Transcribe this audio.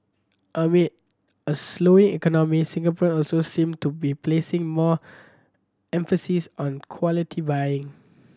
amid a slowing economy Singaporean also seem to be placing more emphasis on quality buying